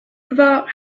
about